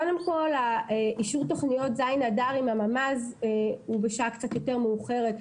קודם כול אישור תוכניות ז' אדר עם הממ"ז הוא בשעה קצת יותר מאוחרת.